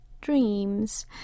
Dreams